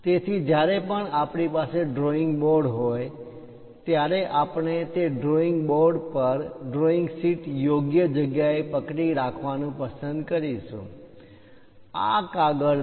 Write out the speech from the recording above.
તેથી જ્યારે પણ આપણી પાસે ડ્રોઈંગ બોર્ડ હોય ત્યારે આપણે તે ડ્રોઈંગ બોર્ડ પર ડ્રોઈંગ શીટ યોગ્ય જગ્યાએ પકડી રાખવાનું પસંદ કરીશું આ કાગળ ડ્રોઈંગ શીટ છે